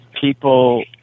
people